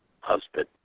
husband